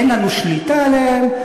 אין לנו שליטה עליהם,